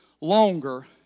longer